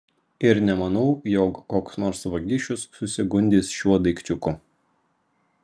ir nemanau jog koks nors vagišius susigundys šiuo daikčiuku